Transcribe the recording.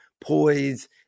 poise